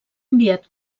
enviat